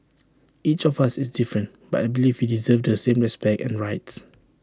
each of us is different but I believe we deserve the same respect and rights